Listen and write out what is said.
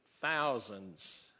thousands